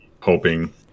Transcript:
hoping